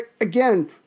again